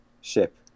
Ship